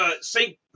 Saint